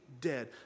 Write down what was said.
dead